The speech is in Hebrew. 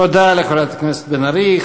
תודה לחברת הכנסת בן ארי.